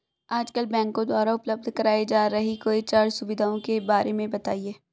आजकल बैंकों द्वारा उपलब्ध कराई जा रही कोई चार सुविधाओं के बारे में बताइए?